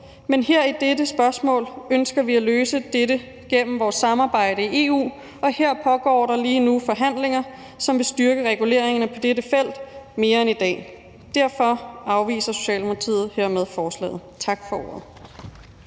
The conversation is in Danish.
men her i dette spørgsmål ønsker vi at løse dette gennem vores samarbejde i EU, og her pågår der lige nu forhandlinger, som vil styrke reguleringerne på dette felt mere end i dag. Derfor afviser Socialdemokratiet hermed forslaget. Tak for ordet.